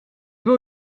wil